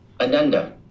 Ananda